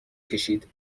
کشید